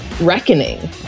reckoning